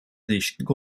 değişiklik